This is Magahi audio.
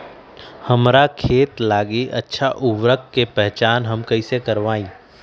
हमार खेत लागी अच्छा उर्वरक के पहचान हम कैसे करवाई?